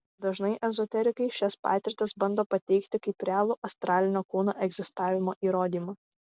dažnai ezoterikai šias patirtis bando pateikti kaip realų astralinio kūno egzistavimo įrodymą